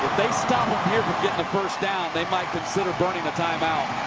they stop here from getting a first down, they might consider burning a time-out.